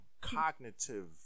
Cognitive